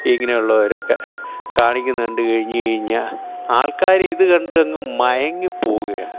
ഇങ്ങനെയുള്ളവരെയൊക്കെ കാണിക്കുന്നതു കണ്ടു കഴിഞ്ഞു കഴിഞ്ഞാൽ ആൾക്കാർ ഇത് കണ്ടു അങ്ങ് മയങ്ങി പോവുകയാണ്